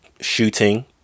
shooting